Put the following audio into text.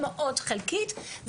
מאוד חלקית.